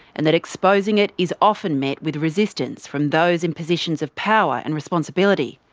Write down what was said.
and that exposing it is often met with resistance from those in positions of power and responsibility.